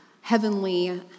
heavenly